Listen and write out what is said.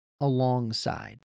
alongside